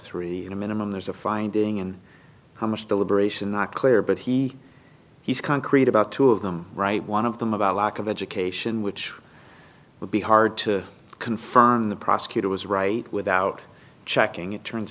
three at a minimum there's a finding and how much deliberation not clear but he he's concrete about two of them right one of them about lack of education which would be hard to confirm the prosecutor was right without checking it turns